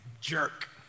jerk